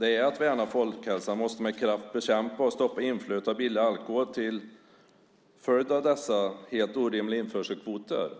är att värna folkhälsan, med kraft bekämpa och stoppa inflödet av billig alkohol till följd av dessa helt orimliga införselkvoter.